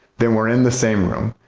then we're in the same room,